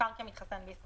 שמוכר כמתחסן בישראל.